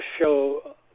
show